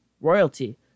Royalty